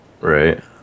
Right